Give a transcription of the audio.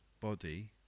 body